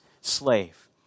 slave